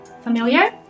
Familiar